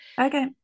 okay